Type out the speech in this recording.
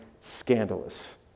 scandalous